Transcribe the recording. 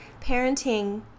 parenting